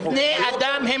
בשביל זה יש בית מחוקקים.